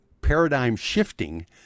paradigm-shifting